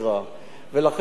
לכן אני אומר, א.